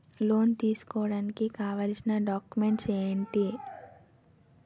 Loan తీసుకోడానికి కావాల్సిన documents ఎంటి?